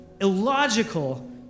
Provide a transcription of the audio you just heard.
illogical